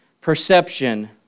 perception